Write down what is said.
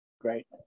Great